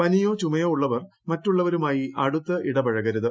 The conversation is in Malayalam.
പനിയോ ചുമയോ ഉള്ളവർ മറ്റുള്ളവരുമായി അടുത്ത് ഇടപഴകരുത്